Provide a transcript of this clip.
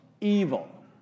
evil